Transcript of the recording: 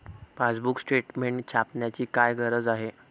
Passbook statement छापण्याची काय गरज आहे?